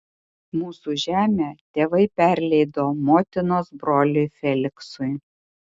mūsų žemę tėvai perleido motinos broliui feliksui